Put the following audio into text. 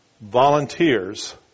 volunteers